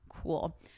cool